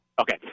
Okay